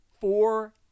four